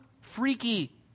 freaky